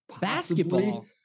Basketball